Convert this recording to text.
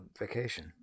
vacation